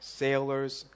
sailor's